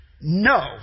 no